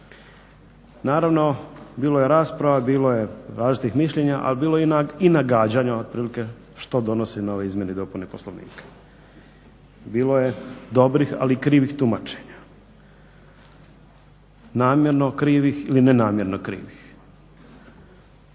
Naravno, bilo je rasprava, bilo je različitih mišljenja, a bilo i nagađanja, otprilike što donosi nove izmjene i dopune Poslovnika. Bilo je dobrih, ali i krivih tumačenja, namjerno krivih ili nenamjerno krivih.